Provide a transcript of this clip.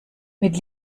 mit